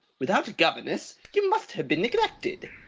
without a governess you must have been neglected.